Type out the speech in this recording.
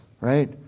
right